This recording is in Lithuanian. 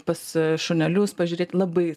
pas šunelius pažiūrėti labai